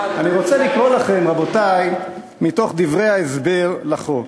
אני רוצה לקרוא לכם, רבותי, מתוך דברי ההסבר לחוק: